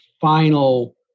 final